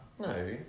No